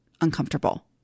uncomfortable